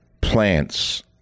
plants